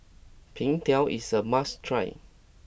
Png Tao is a must try